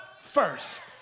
first